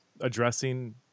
addressing